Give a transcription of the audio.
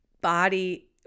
body